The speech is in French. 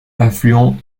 affluent